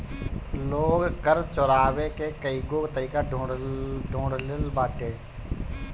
लोग कर चोरावे के कईगो तरीका ढूंढ ले लेले बाटे